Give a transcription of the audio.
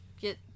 Get